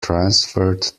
transferred